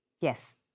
Yes